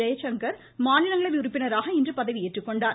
ஜெய்சங்கர் மாநிலங்களவை உறுப்பினராக இன்று பதவி ஏற்றுக்கொண்டார்